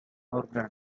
oregon